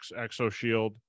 ExoShield